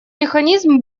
механизм